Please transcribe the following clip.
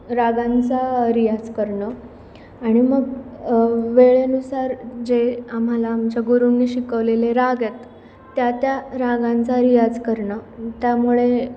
रागांचा रियाज करणं आणि मग वेळेनुसार जे आम्हाला आमच्या गुरूनी शिकवलेले राग आहेत त्या त्या रागांचा रियाज करणं त्यामुळे